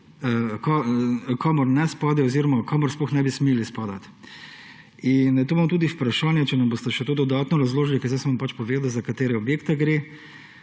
kamor ne spadajo oziroma kamor sploh ne bi smeli spadati. Tu imam tudi vprašanje, če mi boste še to dodatno razložili, ker zdaj sem vam pač povedal, za katere objekte gre.